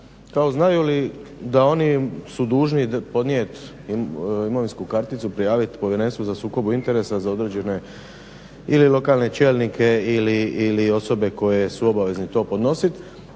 znaju li da oni su dužni podnijeti imovinsku karticu, prijaviti Povjerenstvu za sukob interesa za određene ili lokalne čelnike ili osobe koje su obavezne to podnositi,